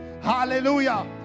Hallelujah